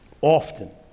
often